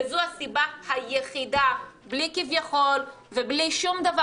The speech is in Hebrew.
וזו הסיבה היחידה בלי כביכול ובלי שום דבר